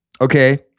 Okay